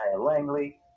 Langley